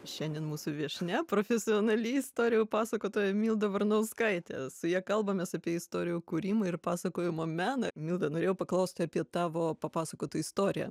šiandien mūsų viešnia profesionali istorijų pasakotoja milda varnauskaitė su ja kalbamės apie istorijų kūrimo ir pasakojimo meną milda norėjau paklaust apie tavo papasakotą istoriją